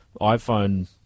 iPhone